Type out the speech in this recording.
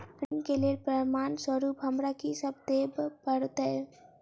ऋण केँ लेल प्रमाण स्वरूप हमरा की सब देब पड़तय?